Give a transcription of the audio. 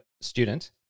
student